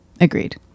Agreed